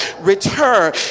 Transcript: return